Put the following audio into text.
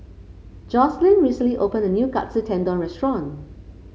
Yoselin recently open a new Katsu Tendon Restaurant